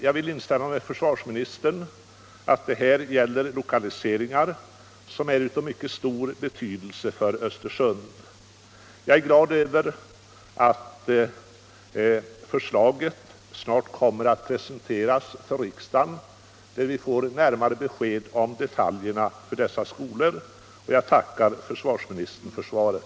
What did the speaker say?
Jag vill instämma med försvarsministern i att det här gäller lokali seringar som är av mycket stor betydelse för Östersund. Jag är glad över att förslaget snart kommer att presenteras för riksdagen, då vi får närmare besked om detaljerna för dessa skolor. Jag tackar försvarsministern för svaret.